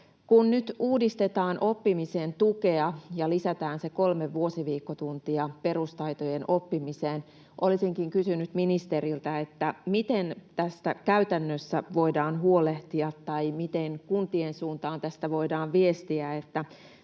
Kun nyt uudistetaan oppimisen tukea ja lisätään kolme vuosiviikkotuntia perustaitojen oppimiseen, olisinkin kysynyt ministeriltä: Miten käytännössä voidaan huolehtia tai kuntien suuntaan viestiä tästä, että